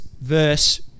verse